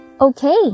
Okay